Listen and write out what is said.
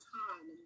time